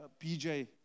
PJ